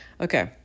okay